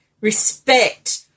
respect